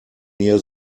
near